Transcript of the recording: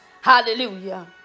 Hallelujah